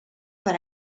per